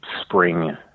spring